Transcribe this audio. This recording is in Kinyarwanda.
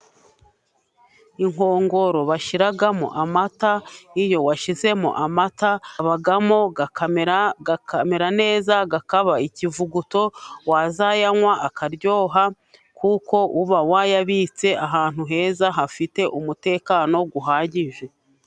Inkongoro bashyiramo amata. Iyo washyizemo amata abamo, akamera neza, akaba ikivuguto wazayanywa akaryoha. Kuko uba wayabitse ahantu heza hafite umutekano uhagije